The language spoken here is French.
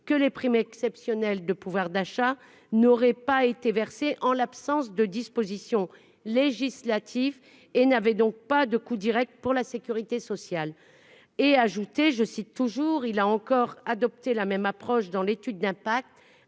que les prime exceptionnelle, de pouvoir d'achat n'aurait pas été versé en l'absence de dispositions législatives et n'avait donc pas de coup Direct pour la sécurité sociale et ajouté, je cite toujours, il a encore adopté la même approche dans l'étude d'impact